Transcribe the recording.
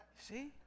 See